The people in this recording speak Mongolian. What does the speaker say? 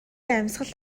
амьсгал